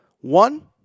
One